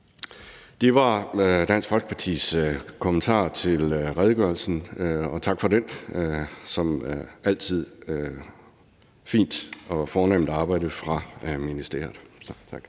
Det var Dansk Folkepartis kommentar til redegørelsen, og tak for den. Som altid er det fint og fornemt arbejde fra ministeriets